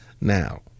now